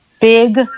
big